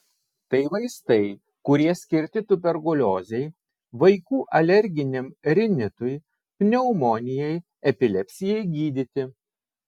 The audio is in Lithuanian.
tai vaistai kurie skirti tuberkuliozei vaikų alerginiam rinitui pneumonijai epilepsijai gydyti